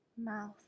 mouth